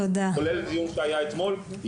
כולל דיון שהיה אתמול,